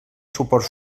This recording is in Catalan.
suport